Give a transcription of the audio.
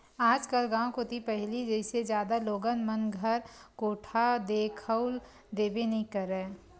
आजकल गाँव कोती पहिली जइसे जादा लोगन मन घर कोठा दिखउल देबे नइ करय